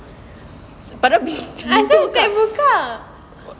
padahal